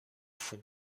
fond